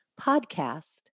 podcast